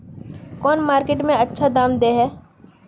कौन मार्केट में अच्छा दाम दे है?